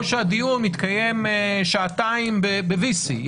או הדיון מתקיים שעתיים ב-VC.